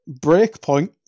Breakpoint